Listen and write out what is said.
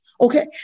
okay